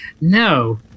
No